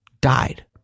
died